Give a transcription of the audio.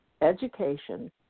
education